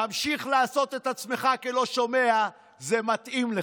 תמשיך לעשות את עצמך כלא שומע, זה מתאים לך.